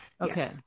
Okay